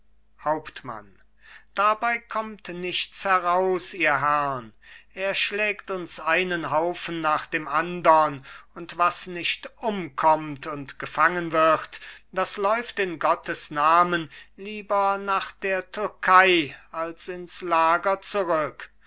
hauptmann dabei kommt nichts heraus ihr herrn er schlägt uns einen haufen nach dem andern und was nicht umkommt und gefangen wird das läuft in gottes namen lieber nach der türkei als ins lager zurück